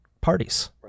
parties